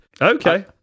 Okay